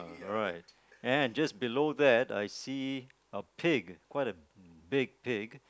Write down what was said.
alright and just below that I see a pig quite a big pig